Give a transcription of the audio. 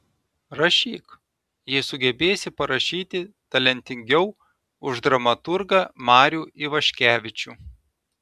rašyk jei sugebėsi parašyti talentingiau už dramaturgą marių ivaškevičių